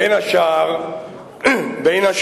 בין השאר משום